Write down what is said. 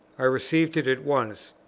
i received it at once,